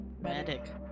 medic